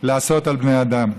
לעשות על בני אדם.